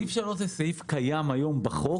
סעיף 3 הוא סעיף קיים היום בחוק.